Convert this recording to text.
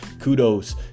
kudos